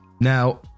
now